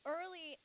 Early